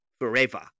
forever